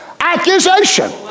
accusation